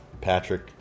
Patrick